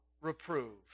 reprove